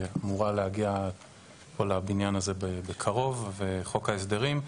שאמורה להגיע לבניין הזה בקרוב וחוק ההסדרים,